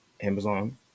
Amazon